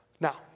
Now